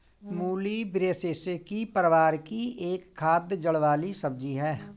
मूली ब्रैसिसेकी परिवार की एक खाद्य जड़ वाली सब्जी है